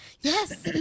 yes